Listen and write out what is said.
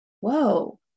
whoa